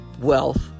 wealth